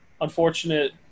unfortunate